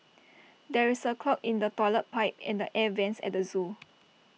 there is A clog in the Toilet Pipe and the air Vents at the Zoo